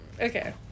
Okay